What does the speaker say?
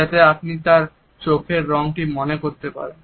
যাতে আপনি তার চোখের রঙটি মনে করতে পারেন